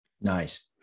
Nice